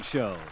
Show